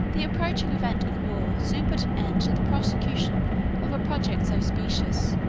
the approaching event of war soon put an end to the prosecution of a project so specious,